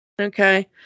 Okay